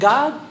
God